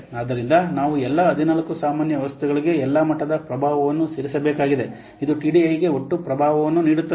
ಆದ್ದರಿಂದ ನಾವು ಎಲ್ಲಾ 14 ಸಾಮಾನ್ಯ ವ್ಯವಸ್ಥೆಗಳಿಗೆ ಎಲ್ಲಾ ಮಟ್ಟದ ಪ್ರಭಾವವನ್ನು ಸೇರಿಸಬೇಕಾಗಿದೆ ಇದು TDI ಗೆ ಒಟ್ಟು ಪ್ರಭಾವವನ್ನು ನೀಡುತ್ತದೆ